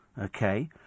Okay